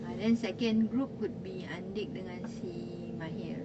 ah then second group could be andir dengan si mahir